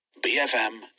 BFM